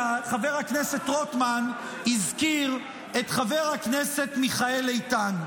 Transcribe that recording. כי חבר הכנסת רוטמן הזכיר את חבר הכנסת מיכאל איתן.